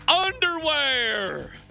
Underwear